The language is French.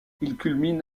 culmine